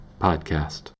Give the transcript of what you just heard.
Podcast